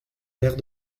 verre